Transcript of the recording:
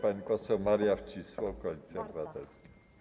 Pani poseł Maria Wcisło, Koalicja Obywatelska.